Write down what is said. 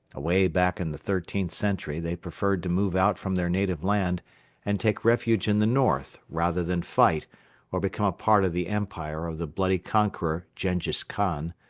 away back in the thirteenth century they preferred to move out from their native land and take refuge in the north rather than fight or become a part of the empire of the bloody conqueror jenghiz khan,